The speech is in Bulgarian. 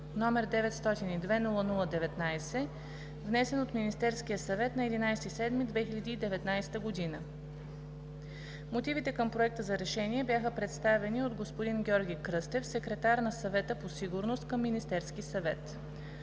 г., № 902-00-19, внесен от Министерския съвет на 11 юли 2019 г. Мотивите към Проекта за решение бяха представени от господин Георги Кръстев – секретар на Съвета по сигурността към Министерския съвет.